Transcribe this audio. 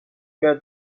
کرد